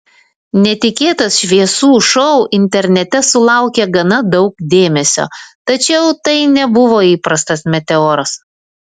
netikėtas šviesų šou internete sulaukė gana daug dėmesio tačiau tai nebuvo įprastas meteoras